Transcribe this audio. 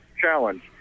challenge